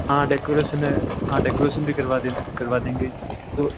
हाँ डेकोरेशन है हाँ डेकोरेशन भी करवा देना करवा देंगे तो